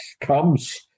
comes